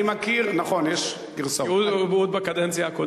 אני מכיר, נכון, יש, הוא עוד בקדנציה הקודמת.